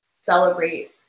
celebrate